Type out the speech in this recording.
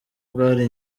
bwari